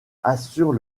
assurent